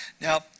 now